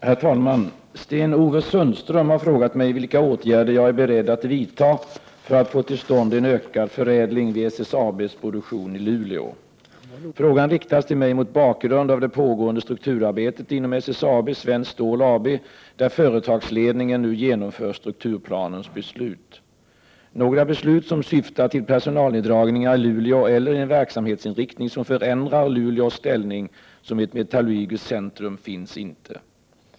Herr talman! Sten-Ove Sundström har frågat mig vilka åtgärder jag är beredd att vidta för att få till stånd en ökad förädling vid SSAB:s produktion i Luleå. Frågan riktas till mig mot bakgrund av det pågående strukturarbetet inom SSAB, Svenskt Stål AB, där företagsledningen nu genomför strukturplanens beslut. Några beslut som syftar till personalneddragningar i Luleå eller en verksamhetsinriktning som förändrar Luleås ställning som ett metallurgiskt centrum finns inte.